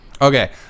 Okay